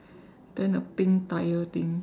then the pink tyre thing